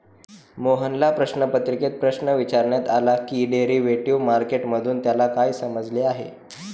मोहनला प्रश्नपत्रिकेत प्रश्न विचारण्यात आला की डेरिव्हेटिव्ह मार्केट मधून त्याला काय समजले आहे?